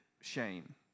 shame